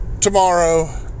tomorrow